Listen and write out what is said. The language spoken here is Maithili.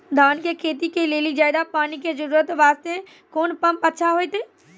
धान के खेती के लेली ज्यादा पानी के जरूरत वास्ते कोंन पम्प अच्छा होइते?